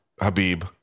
Habib